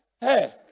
Hey